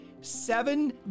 seven